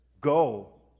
go